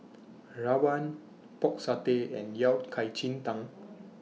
Rawon Pork Satay and Yao Cai Ji Tang